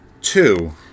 Two